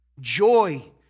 Joy